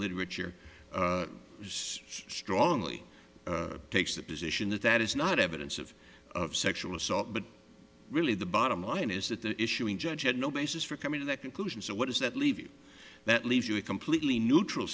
literature has strongly takes the position that that is not evidence of sexual assault but really the bottom line is that the issuing judge had no basis for coming to that conclusion so what does that leave you that leaves you a completely neutral